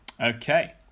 Okay